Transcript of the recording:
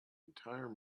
entire